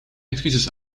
excuses